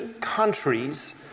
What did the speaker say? countries